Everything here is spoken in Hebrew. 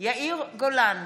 יאיר גולן,